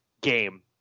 game